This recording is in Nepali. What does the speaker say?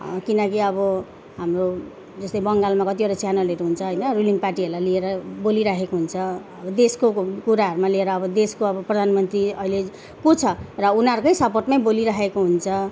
किनकि अब हाम्रो जस्तै बङ्गालमा कतिवटा च्यानलहरू हुन्छ होइन रुलिङ पार्टीहरूलाई लिएर बोलिरहेको हुन्छ अब देशको कुराहरूमा लिएर अब देशको अब प्रधानमन्त्री अहिले को छ र उनीहरूकै सपोर्टमै बोलिरहेको हुन्छ